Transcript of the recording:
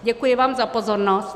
Děkuji vám za pozornost.